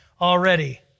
already